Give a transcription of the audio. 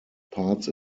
parts